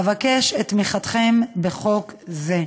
אבקש את תמיכתכם בחוק זה.